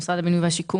במשרד הבינוי והשיכון.